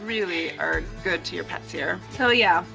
really are good to your pets here so yeah,